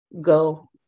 go